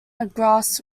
grass